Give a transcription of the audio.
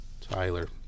Tyler